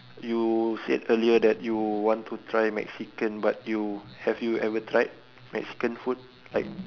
you said earlier that you want to try mexican but you have you ever tried mexican food like